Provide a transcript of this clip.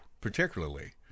particularly